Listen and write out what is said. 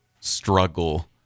struggle